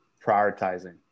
prioritizing